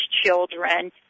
children